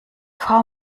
frau